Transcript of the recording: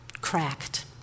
cracked